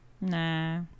Nah